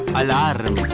alarm